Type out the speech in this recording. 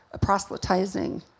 proselytizing